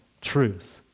truth